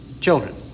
children